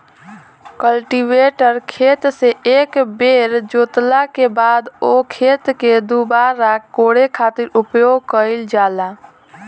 cultivator खेत से एक बेर जोतला के बाद ओ खेत के दुबारा कोड़े खातिर उपयोग कईल जाला